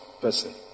person